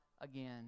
again